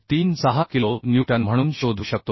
36 kilo newton म्हणून शोधू शकतो